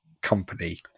company